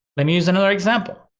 let me use another example.